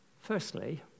Firstly